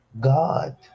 God